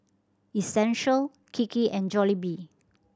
Essential Kiki and Jollibee